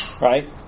right